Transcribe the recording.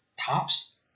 tops